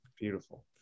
beautiful